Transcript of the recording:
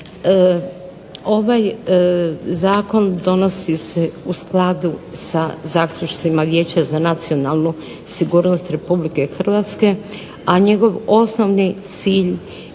Ovaj zakon donosi se u skladu sa zaključcima Vijeća za nacionalnu sigurnost Republike Hrvatske, a njegov osnovni cilj